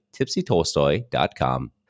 tipsytolstoy.com